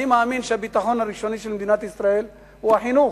אני מאמין שהביטחון הראשוני של מדינת ישראל הוא החינוך,